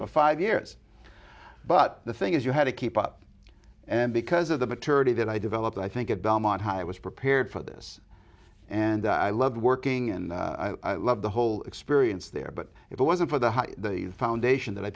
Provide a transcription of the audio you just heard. five years but the thing is you had to keep up and because of the maturity that i developed i think it belmont i was prepared for this and i loved working and loved the whole experience there but it wasn't for the foundation that i